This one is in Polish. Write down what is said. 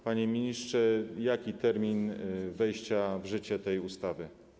Panie ministrze, jaki jest termin wejścia w życie tej ustawy?